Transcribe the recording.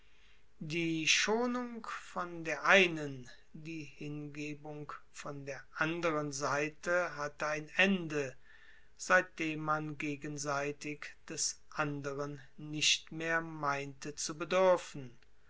die schonung von der einen die hingebung von der anderen seite hatte ein ende seitdem man gegenseitig des anderen nicht mehr meinte zu beduerfen